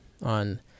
on